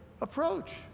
approach